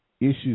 issues